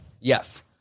Yes